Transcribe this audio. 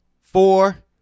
four